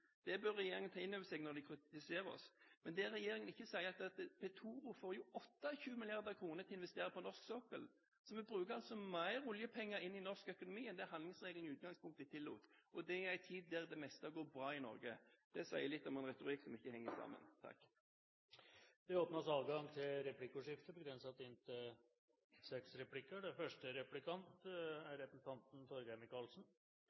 Det bør regjeringen ta inn over seg når de kritiserer oss. Men det regjeringen ikke sier, er at Petoro får 28 mrd. kr til å investere på norsk sokkel. Så vi bruker altså mer oljepenger inn i norsk økonomi enn det handlingsregelen i utgangspunktet tillot, og det i en tid der det meste går bra i Norge. Det sier litt om en retorikk som ikke henger sammen. Det blir replikkordskifte.